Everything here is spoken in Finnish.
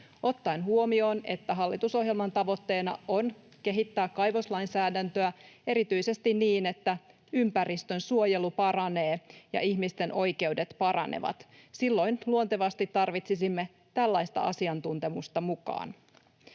ottaen huomioon, että hallitusohjelman tavoitteena on kehittää kaivoslainsäädäntöä erityisesti niin, että ympäristönsuojelu paranee ja ihmisten oikeudet paranevat. Silloin luontevasti tarvitsisimme tällaista asiantuntemusta mukaan.